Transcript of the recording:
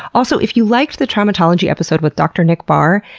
also, if you liked the traumatology episode with dr. nick barr,